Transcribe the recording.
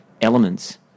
elements